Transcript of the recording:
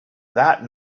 that